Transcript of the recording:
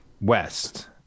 west